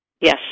yes